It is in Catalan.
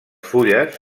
fulles